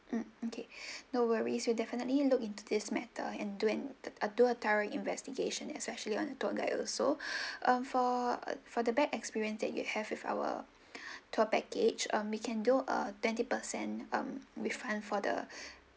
mm okay no worries we'll definitely look into this matter and do an ah do a thorough investigation especially on the tour guide also um for uh for the bad experience that you have with our tour package um we can do a twenty percent um refund for the